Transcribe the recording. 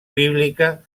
bíblica